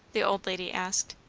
the old lady asked.